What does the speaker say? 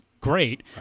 great